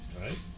right